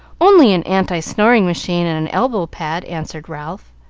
only an anti-snoring machine and an elbow-pad, answered ralph,